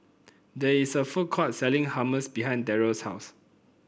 Toh Avenue